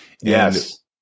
Yes